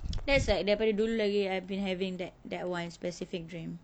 that's like daripada dulu lagi I've been having that that one specific dream